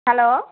hello